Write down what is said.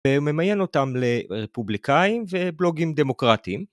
ממיין אותם לרפובליקאים ובלוגים דמוקרטיים.